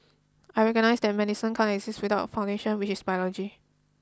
I recognise that medicine can't exist without its foundations which is biology